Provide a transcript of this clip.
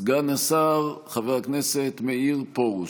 סגן השר חבר הכנסת מאיר פרוש.